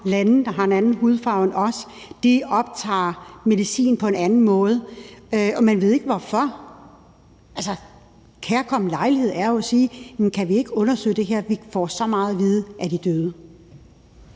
lande, og som har en anden hudfarve end os, optager medicin på en anden måde, og man ved ikke hvorfor. Altså, det er jo en kærkommen lejlighed til at spørge, om vi ikke kan undersøge det her. Vi får så meget at vide af de døde.